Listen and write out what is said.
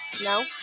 No